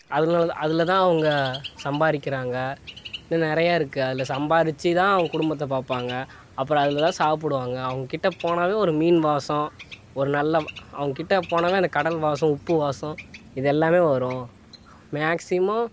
அதனால தான் அதில் தான் அவங்க சம்பாரிக்கிறாங்க இன்னும் நிறையா இருக்கு அதில் சம்பாரிச்சு தான் அவங் குடும்பத்தை பார்ப்பாங்க அப்புறம் அதில் தான் சாப்பிடுவாங்க அவங்கிட்ட போனாவே ஒரு மீன் வாசம் ஒரு நல்ல அவங்கிட்ட போனாவே அந்த கடல் வாசம் உப்பு வாசம் இது எல்லாமே வரும் மேக்ஸிமம்